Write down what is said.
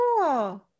cool